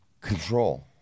control